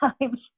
times